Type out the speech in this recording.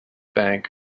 bank